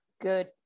good